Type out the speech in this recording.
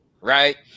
right